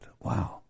Wow